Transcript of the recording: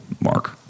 mark